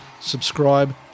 Subscribe